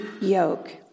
yoke